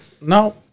No